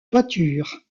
toiture